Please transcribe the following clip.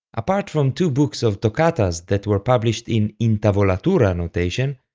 apart from two books of toccatas that were published in intavolatura notation,